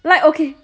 like okay